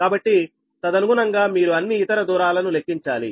కాబట్టి తదనుగుణంగా మీరు అన్ని ఇతర దూరాలను లెక్కించాలి